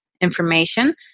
information